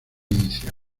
inicio